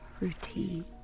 routine